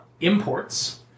imports